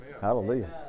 Hallelujah